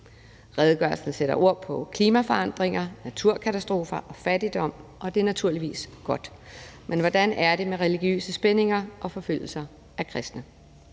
Redegørelsen sætter ord på klimaforandringer, naturkatastrofer og fattigdom, og det er naturligvis godt. Men hvordan er det med religiøse spændinger og forfølgelse af kristne?